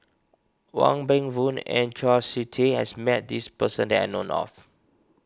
Wong Meng Voon and Chau Sik Ting has met this person that I know of